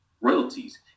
royalties